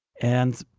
and,